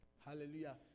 Hallelujah